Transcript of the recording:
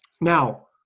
Now